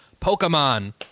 pokemon